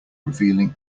revealing